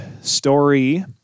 story